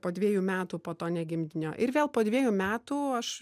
po dviejų metų po to negimdinio ir vėl po dviejų metų aš